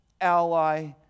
ally